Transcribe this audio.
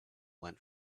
went